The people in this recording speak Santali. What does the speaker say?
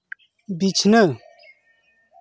ᱵᱤᱪᱷᱱᱟᱹ